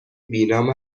بینام